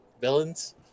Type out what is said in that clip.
Villains